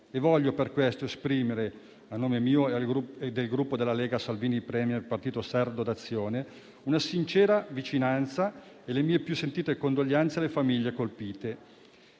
voglio esprimere, a nome mio e del Gruppo Lega-Salvini Premier-Partito Sardo d'Azione, una sincera vicinanza e le mie più sentite condoglianze alle famiglie colpite.